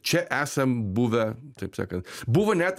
čia esam buvę taip sakant buvo net